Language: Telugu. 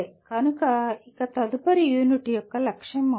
కనుక ఇది తదుపరి యూనిట్ యొక్క లక్ష్యం అవుతుంది